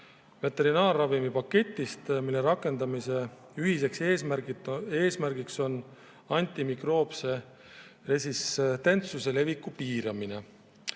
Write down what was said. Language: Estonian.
veterinaarravimipaketist, mille rakendamise ühiseks eesmärgiks on antimikroobse resistentsuse leviku piiramine.